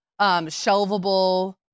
shelvable